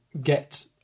get